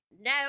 No